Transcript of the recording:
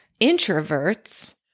introverts